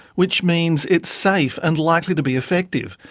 which means it's safe and likely to be effective,